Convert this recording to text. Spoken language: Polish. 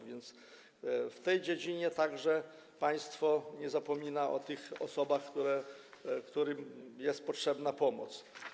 A więc w tej dziedzinie także państwo nie zapomina o tych osobach, którym jest potrzebna pomoc.